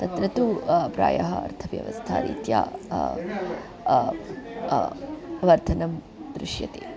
तत्र तु प्रायः अर्थव्यवस्था रीत्या वर्धनं दृश्यते